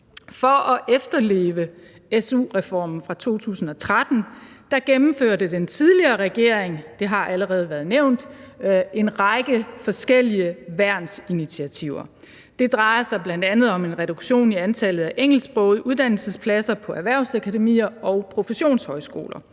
For at efterleve su-reformen fra 2013 gennemførte den tidligere regering – det har allerede været nævnt – en række forskellige værnsinitiativer. Det drejer sig bl.a. om en reduktion i antallet af engelsksprogede uddannelsespladser på erhvervsakademier og professionshøjskoler.